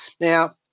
now